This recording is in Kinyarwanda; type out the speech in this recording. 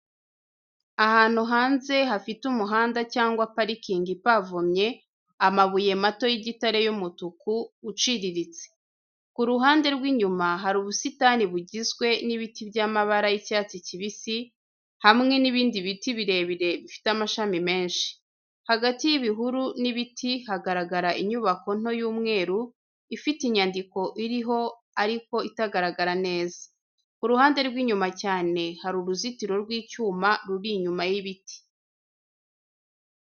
Ahantu hanze hafite umuhanda cyangwa parking ipavomye amabuye mato y’igitare y’umutuku uciriritse. Ku ruhande rw’inyuma, hari ubusitani bugizwe n'ibiti by'amabara y’icyatsi kibisi, hamwe n’ibindi biti birebire bifite amashami menshi. Hagati y’ibihuru n’ibiti, hagaragara inyubako nto y’umweru, ifite inyandiko iriho ariko itagaragara neza. Ku ruhande rw’inyuma cyane, hari uruzitiro rw’icyuma ruri inyuma y’ibiti.